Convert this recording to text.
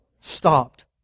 stopped